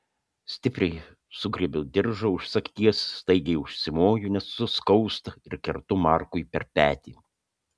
stipriai sugriebiu diržą už sagties staigiai užsimoju net suskausta ir kertu markui per petį